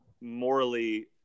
morally